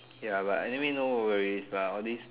ya but anyway no worries lah all these